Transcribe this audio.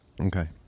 Okay